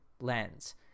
lens